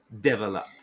develop